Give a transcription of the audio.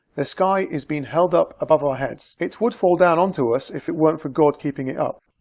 the sky is being held up above our heads it would fall down onto us if it weren't for god keeping it up.